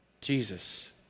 Jesus